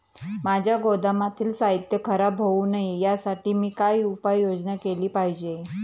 माझ्या गोदामातील साहित्य खराब होऊ नये यासाठी मी काय उपाय योजना केली पाहिजे?